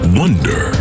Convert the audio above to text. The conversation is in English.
wonder